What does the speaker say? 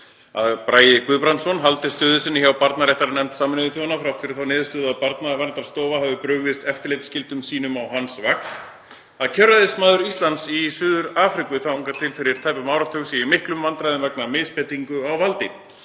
að Bragi Guðbrandsson haldi stöðu sinni hjá barnaréttarnefnd Sameinuðu þjóðanna þrátt fyrir þá niðurstöðu að Barnaverndarstofa hafi brugðist eftirlitsskyldum sínum á hans vakt, að kjörræðismaður Íslands í Suður-Afríku þangað til fyrir tæpum áratug sé í miklum vandræðum vegna misbeitingar á valdi,